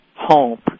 home